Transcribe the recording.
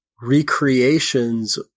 recreations